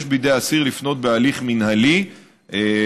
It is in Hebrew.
יש בידי האסיר לפנות בהליך מינהלי לערעור,